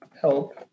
help